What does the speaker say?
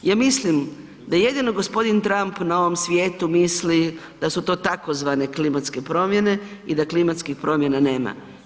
Ja mislim da jedino gospodin Trump na ovom svijetu misli da su to tzv. klimatske promjene i da klimatskih promjena nema.